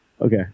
Okay